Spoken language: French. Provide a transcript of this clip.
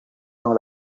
dans